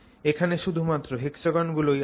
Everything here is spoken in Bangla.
এখানে শুধু মাত্র হেক্সাগণ গুলোই আছে